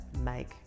make